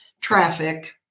traffic